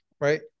right